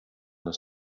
das